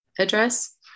address